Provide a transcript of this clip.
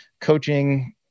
coaching